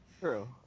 True